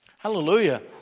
Hallelujah